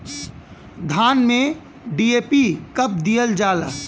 धान में डी.ए.पी कब दिहल जाला?